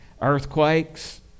earthquakes